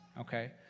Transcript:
okay